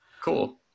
Cool